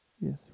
Yes